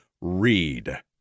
read